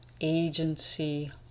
agency